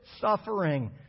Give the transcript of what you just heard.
suffering